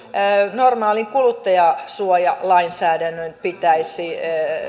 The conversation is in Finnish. normaalin kuluttajasuojalainsäädännön pitäisi